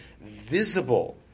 visible